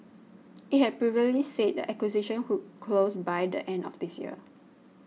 it had previously said the acquisition would close by the end of this year